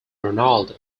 ronald